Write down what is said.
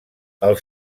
els